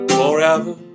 forever